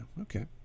okay